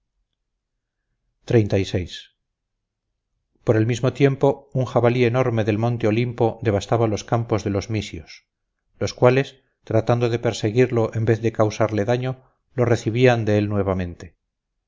por el mismo tiempo un jabalí enorme del monte olimpo devastaba los campos de los mysios los cuales tratando de perseguirlo en vez de causarle daño lo recibían de él nuevamente